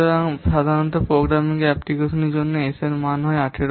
সুতরাং সাধারণত প্রোগ্রামিং অ্যাপ্লিকেশনগুলির জন্য S এর মান 18